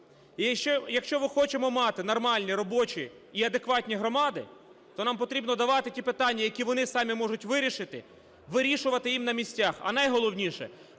Якщо ми хочемо мати нормальні робочі і адекватні громади, то нам потрібно давати ті питання, які вони самі можуть вирішити, вирішувати їм на місцях, а найголовніше,